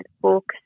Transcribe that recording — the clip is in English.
books